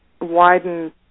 widen